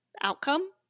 outcome